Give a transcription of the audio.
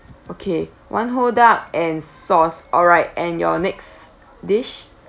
okay one whole duck and sauce alright and your next dish